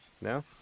no